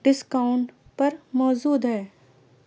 discount پر موجود ہے